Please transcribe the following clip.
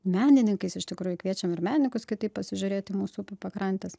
menininkais iš tikrųjų kviečiam ir menininkus kitaip pasižiūrėt į mūsų pakrantes